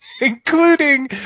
including